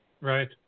Right